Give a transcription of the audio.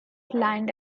land